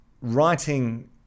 writing